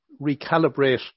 recalibrate